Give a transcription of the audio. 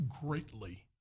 greatly